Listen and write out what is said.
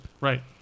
Right